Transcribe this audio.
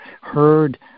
heard